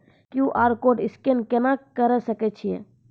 QR code scan केना करै सकय छियै?